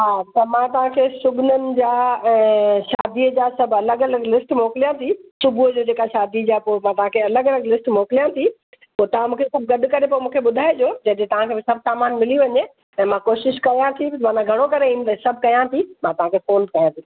हा त मां तव्हांखे सुॻुननि जा ऐं शादीअ जा सभु अलॻि अलॻि लिस्ट मोकिलियां थी सुबुह जो जेका शादी जा पोइ मां तव्हांखे अलॻि अलॻि लिस्ट मोकिलियां थी पोइ तव्हां मूंखे सभु गॾु करे पोइ मूंखे ॿुधाइजो जॾहिं तव्हांखे सभु सामानु मिली वञे त मां कोशिशि कयां थी माना घणो करे ईंदसि सभु कयां थी मां तव्हांखे फ़ोन कयां थी